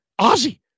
Ozzy